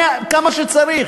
כמה שצריך,